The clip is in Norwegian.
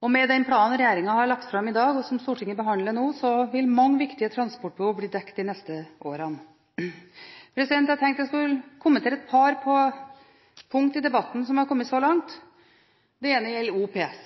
planer. Med den planen regjeringen har lagt fram i dag, som Stortinget behandler nå, vil mange viktige transportbehov bli dekket de neste årene. Jeg tenkte jeg skulle kommentere et par punkt i debatten så langt. Det ene gjelder OPS.